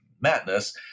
madness